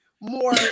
more